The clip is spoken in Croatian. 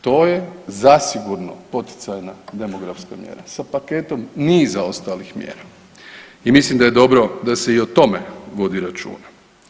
To je zasigurno poticajna demografska mjera sa paketom niza ostalih mjera i mislim da je dobro da se i o tome vodi računa.